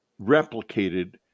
replicated